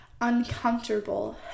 uncomfortable